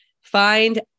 find